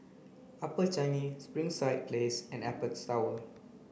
Upper Changi Springside Place and Apex Tower